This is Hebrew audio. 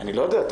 אני לא יודע,